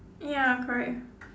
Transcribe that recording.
ya correct